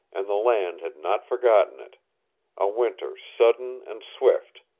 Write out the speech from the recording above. and the land had not forgotten it a winter sudden and swift,